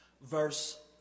verse